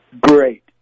Great